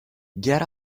get